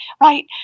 right